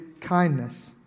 kindness